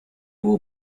will